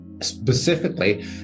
specifically